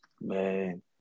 man